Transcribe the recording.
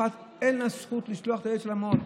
אחת אין לה זכות לשלוח את הילד שלה למעון.